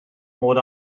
mod